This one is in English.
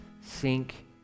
sink